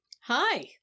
Hi